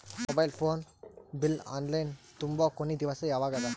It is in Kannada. Mobile phone bill online ತುಂಬೊ ಕೊನಿ ದಿವಸ ಯಾವಗದ?